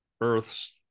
Earth's